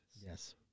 Yes